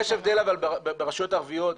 אבל יש הבדל ברשויות הערביות,